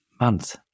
month